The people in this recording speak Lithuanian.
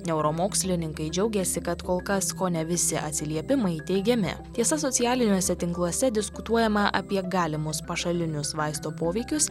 neuromokslininkai džiaugiasi kad kol kas kone visi atsiliepimai teigiami tiesa socialiniuose tinkluose diskutuojama apie galimus pašalinius vaisto poveikius